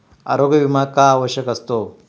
आरोग्य विमा का आवश्यक असतो?